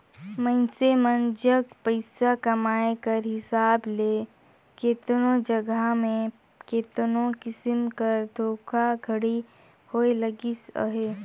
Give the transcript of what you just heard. मइनसे मन जग पइसा कमाए कर हिसाब ले केतनो जगहा में केतनो किसिम कर धोखाघड़ी होए लगिस अहे